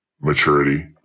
maturity